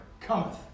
cometh